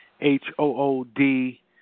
H-O-O-D